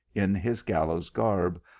in his gallows garb,